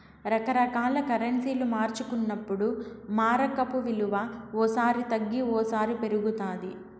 రకరకాల కరెన్సీలు మార్చుకున్నప్పుడు మారకపు విలువ ఓ సారి తగ్గి ఓసారి పెరుగుతాది